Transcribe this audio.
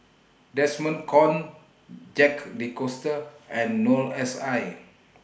Desmond Kon Jacques De Coutre and Noor S I